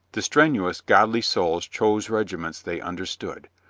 the strenuous, godly souls chose regiments they understood.